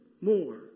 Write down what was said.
more